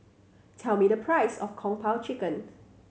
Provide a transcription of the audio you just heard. tell me the price of Kung Po Chicken